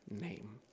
name